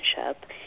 relationship